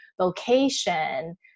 vocation